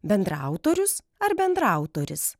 bendraautorius ar bendraautoris